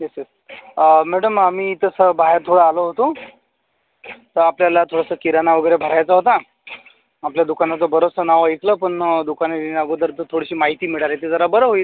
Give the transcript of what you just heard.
yes yes madam आम्ही तसं बाहेर थोडं आलो होतो तर आपल्याला थोडंसं किराणा वगैरे भरायचा होता आपल्या दुकानाचं बरंचसं नाव ऐकलं पण दुकानात येण्याअगोदर जर थोडीशी माहिती मिळाली तर जरा बरं होईल